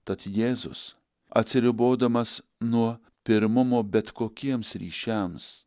tad jėzus atsiribodamas nuo pirmumo bet kokiems ryšiams